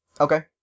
Okay